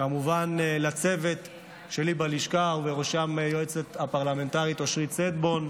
כמובן לצוות שלי בלשכה ובראשם היועצת הפרלמנטרית אושרית סטבון,